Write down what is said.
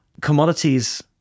commodities